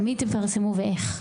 למי פרסמו ואיך.